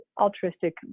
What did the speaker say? altruistic